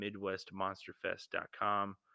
MidwestMonsterFest.com